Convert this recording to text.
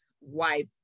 wife